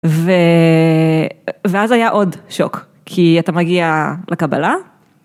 ואז היה עוד שוק, כי אתה מגיע לקבלה